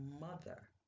mother